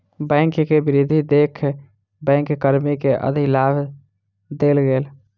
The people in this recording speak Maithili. बैंक के वृद्धि देख बैंक कर्मी के अधिलाभ देल गेल